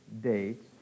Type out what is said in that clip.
dates